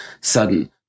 sudden